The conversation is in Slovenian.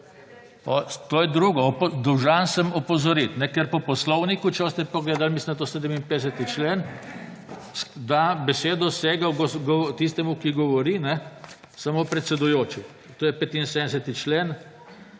To je drugo. Dolžan sem opozoriti, ker po Poslovniku, če boste pogledati mislim, da je to 75. člen, da v besedo sega tistemu, ki govori samo predsedujoči, to je 75. člen